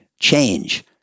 Change